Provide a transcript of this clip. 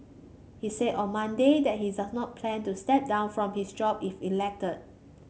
he said on Monday that he does not plan to step down from his job if elected